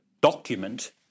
document